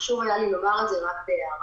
חשוב לי היה לומר את זה רק כהערה.